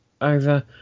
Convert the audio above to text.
over